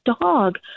dog